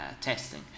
testing